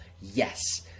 Yes